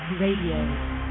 Radio